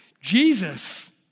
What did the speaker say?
Jesus